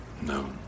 No